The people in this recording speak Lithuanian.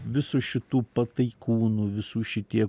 visų šitų pataikūnų visų šitie